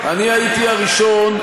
אני הייתי הראשון,